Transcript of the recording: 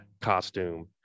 costume